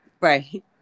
Right